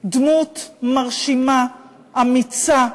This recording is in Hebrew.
דמות מרשימה, אמיצה,